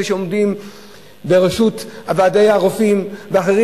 אלה שעומדים בראשות ועדי הרופאים ואחרים,